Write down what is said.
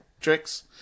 tricks